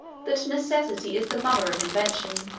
that necessity is the mother of invention.